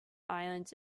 islands